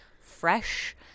fresh